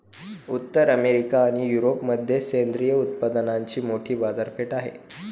उत्तर अमेरिका आणि युरोपमध्ये सेंद्रिय उत्पादनांची मोठी बाजारपेठ आहे